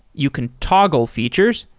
you can toggle features.